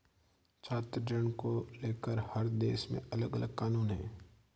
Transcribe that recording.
छात्र ऋण को लेकर हर देश में अलगअलग कानून है